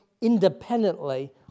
independently